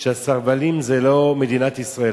שהסרבנים הם לא מדינת ישראל,